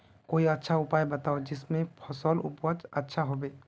कोई अच्छा उपाय बताऊं जिससे फसल उपज अच्छा होबे